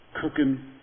cooking